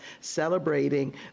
celebrating